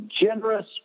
generous